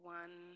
one